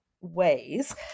ways